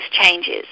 changes